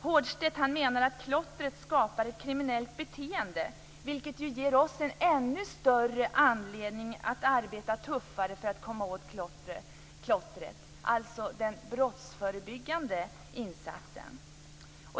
Hårdstedt menar att klottret skapar ett kriminellt beteende, vilket ju ger oss ännu större anledning att arbeta tuffare för att komma åt klottret, alltså den brottsförebyggande insatsen.